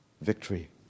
victory